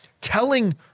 Telling